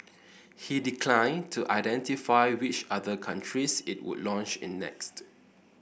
he declined to identify which other countries it would launch in next